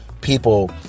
people